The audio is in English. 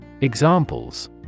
Examples